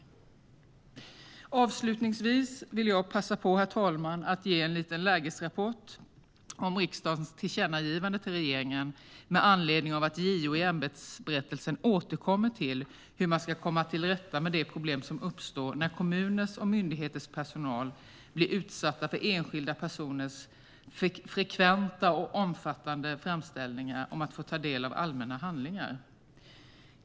Avslutningsvis, herr talman, vill jag passa på att ge en liten lägesrapport om riksdagens tillkännagivande till regeringen med anledning av att JO i ämbetsberättelsen återkommer till hur man ska komma till rätta med de problem som uppstår när kommuners och myndigheters personal blir utsatta för enskilda personers frekventa och omfattande framställningar om att få ta del av allmänna handlingar.